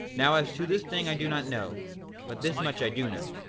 now as to this thing i do not know but this much i do know,